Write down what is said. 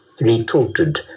retorted